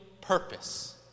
purpose